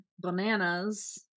bananas